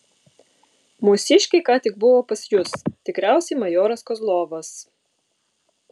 mūsiškiai ką tik buvo pas jus tikriausiai majoras kozlovas